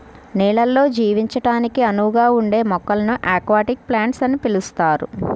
నీళ్ళల్లో జీవించడానికి అనువుగా ఉండే మొక్కలను అక్వాటిక్ ప్లాంట్స్ అని పిలుస్తారు